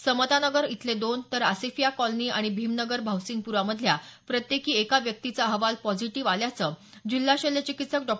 समतानगर मधले दोन तर असेफिया कॉलनी आणि भीमनगर भावसिंगप्रा मधल्या प्रत्येकी एका व्यक्तीचा अहवाल पॉझिटिव्ह आल्याचं जिल्हा शल्य चिकित्सक डॉ